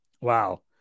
Wow